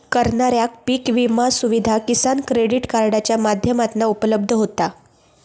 करणाऱ्याक पीक विमा सुविधा किसान क्रेडीट कार्डाच्या माध्यमातना उपलब्ध होता